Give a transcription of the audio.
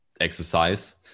exercise